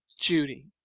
judy